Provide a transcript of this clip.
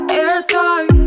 airtight